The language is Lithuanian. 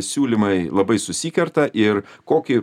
siūlymai labai susikerta ir kokį